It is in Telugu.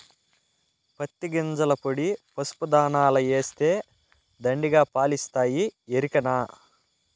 పత్తి గింజల పొడి పసుపు దాణాల ఏస్తే దండిగా పాలిస్తాయి ఎరికనా